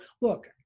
look